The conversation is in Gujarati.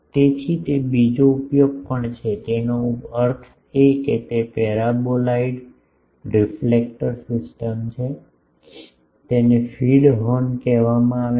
તેથી તે બીજો ઉપયોગ પણ છે તેનો અર્થ એ છે કે તેમાં પેરાબોલાઇડલ રિફ્લેક્ટર સિસ્ટમ છે તેને ફીડ હોર્ન કહેવામાં આવે છે